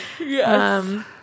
Yes